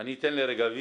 אני אתן לרגבים.